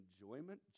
enjoyment